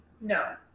No